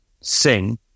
sing